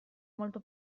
molto